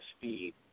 speed